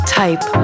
type